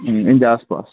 हिनजे आसिपासि